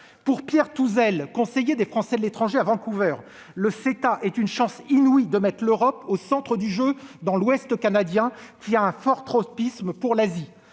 Pour Pierre Touzel, conseiller des Français de l'étranger à Vancouver, le CETA est une chance inouïe de mettre l'Europe au centre du jeu dans l'Ouest canadien, qui a un fort tropisme pour l'Asie.